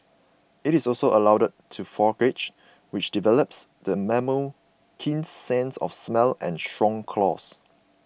it is also allowed to forage which develops the mammal's keen sense of smell and strong claws